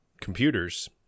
computers